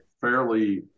fairly